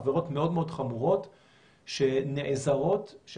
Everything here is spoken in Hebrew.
אמירה של בית המשפט גם להשארת החיסיון